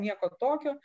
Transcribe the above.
nieko tokio